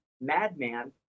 madman